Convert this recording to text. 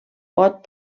pot